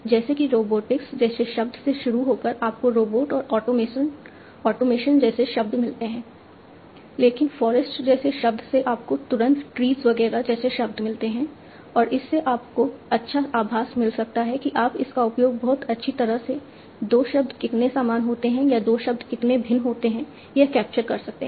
जैसे कि रोबोटिक्स जैसे शब्द से शुरू होकर आपको रोबोट और ऑटोमेशन जैसे शब्द मिलते हैं लेकिन फॉरेस्ट जैसे शब्द से आपको तुरंत ट्रीज वगैरह जैसे शब्द मिलते हैं और इससे आपको अच्छा आभास मिल सकता है कि आप इसका उपयोग बहुत अच्छी तरह से 2 शब्द कितने समान होते हैं या 2 शब्द कितने भिन्न होते हैं यह कैप्चर कर सकते हैं